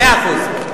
מאה אחוז.